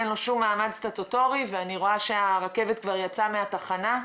עמדתנו לא התקבלה בדיון.